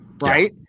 Right